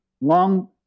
long